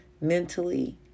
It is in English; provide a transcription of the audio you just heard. mentally